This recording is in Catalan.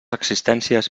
existències